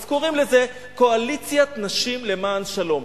אז קוראים לזה "קואליציית נשים לשלום".